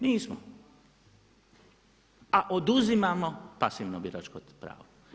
Nismo, a oduzimamo pasivno biračko pravo.